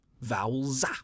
vowels